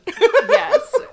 Yes